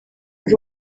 ari